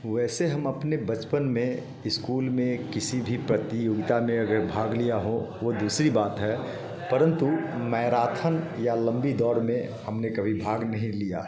वैसे हम अपने बचपन में इस्कूल में किसी भी प्रतियोगिता में अगर भाग लिया हो वो दूसरी बात है परंतु मैराथन या लंबी दौड़ में हमने कभी भाग नहीं लिया